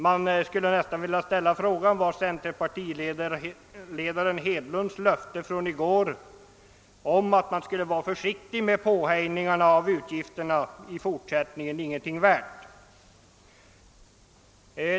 Man skulle nästan vilja fråga: Var centerpartiledaren Hedlunds löfte i går om att man i fortsättningen skulle vara försiktig med att föreslå ökningar av utgifterna ingenting värt?